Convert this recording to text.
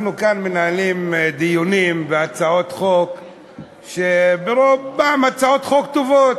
אנחנו כאן מנהלים דיונים בהצעות חוק שרובן הן הצעות חוק טובות,